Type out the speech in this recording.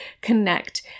connect